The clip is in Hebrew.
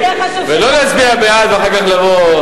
ולא להצביע בעד ואחר כך לבוא.